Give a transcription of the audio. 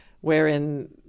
wherein